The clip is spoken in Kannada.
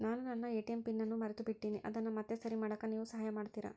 ನಾನು ನನ್ನ ಎ.ಟಿ.ಎಂ ಪಿನ್ ಅನ್ನು ಮರೆತುಬಿಟ್ಟೇನಿ ಅದನ್ನು ಮತ್ತೆ ಸರಿ ಮಾಡಾಕ ನೇವು ಸಹಾಯ ಮಾಡ್ತಿರಾ?